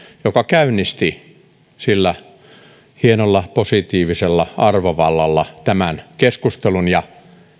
joka käynnisti hienolla positiivisella arvovallalla tämän keskustelun ja